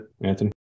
Anthony